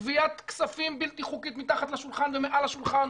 גבית כספים בלתי חוקית מתחת לשולחן ומעל השולחן.